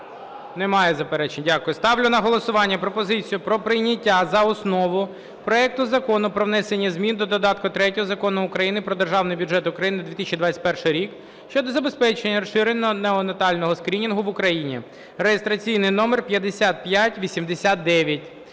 Немає заперечень. Дякую. Ставлю на голосування пропозицію про прийняття за основу проекту Закону про внесення змін до Додатку 3 Закону України "Про Державний бюджет України на 2021 рік" щодо забезпечення розширеного неонатального скринінгу в Україні (реєстраційний номер 5589).